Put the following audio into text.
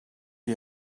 you